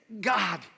God